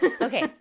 Okay